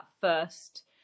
first